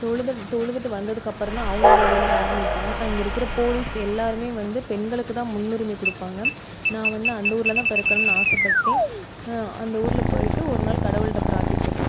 தொழுது தொழுதுட்டு வந்ததுக்கப்புறந்தான் அவர்களுடைய வேலையை ஆரம்பிப்பாங்க அங்கே இருக்கிற போலீஸ் எல்லோருமே வந்து பெண்களுக்கு தான் முன்னுரிமை கொடுப்பாங்க நான் வந்து அந்த ஊரில் தான் பிறக்கணும்னு ஆசைப்பட்டேன் அந்த ஊரில் போயிட்டு ஒரு நாள் கடவுள்கிட்ட பிரார்த்திப்பேன்